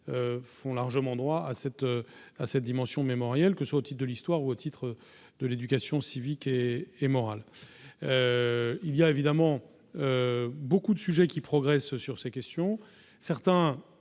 font largement droit à cette à cette dimension mémorielle que soit au type de l'histoire ou au titre de l'éducation civique et morale, il y a évidemment beaucoup de sujets qui progresse sur ces questions, certains